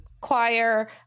choir